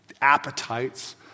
appetites